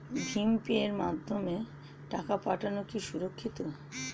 ভিম পের মাধ্যমে টাকা পাঠানো কি সুরক্ষিত?